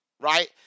Right